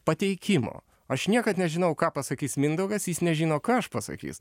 pateikimo aš niekad nežinau ką pasakys mindaugas jis nežino ką aš pasakysiu